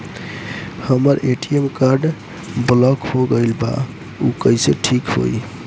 हमर ATM card block हो गईल बा ऊ कईसे ठिक होई?